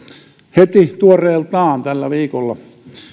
heti tuoreeltaan tällä viikolla